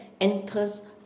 enters